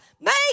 Make